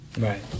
Right